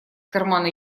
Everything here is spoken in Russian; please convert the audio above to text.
кармана